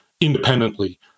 independently